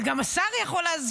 אבל גם השר יכול להזכיר,